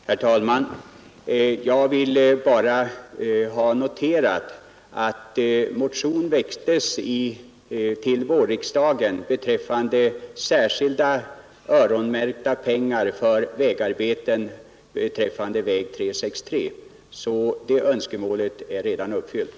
Herr talman! Jag vill bara ha noterat att en motion om särskilda öronmärkta pengar för vägarbeten på väg 363 väcktes vid vårriksdagen. Det önskemålet är därför redan uppfyllt.